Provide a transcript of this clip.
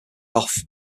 off